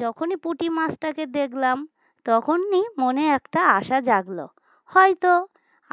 যখনই পুঁটি মাছটাকে দেখলাম তখনই মনে একটা আশা জাগলো হয়তো